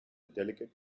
delicate